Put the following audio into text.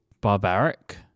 barbaric